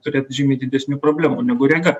turėt žymiai didesnių problemų negu rega